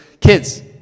Kids